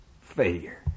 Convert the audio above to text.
Failure